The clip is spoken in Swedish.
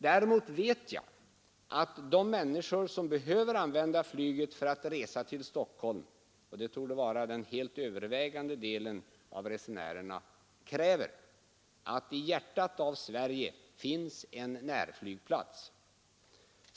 Däremot vet jag att de människor som behöver använda flyget för att resa till Stockholm — och det torde vara den helt övervägande delen av resenärerna — kräver att i hjärtat av Sverige finns en närflygplats.